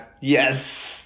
yes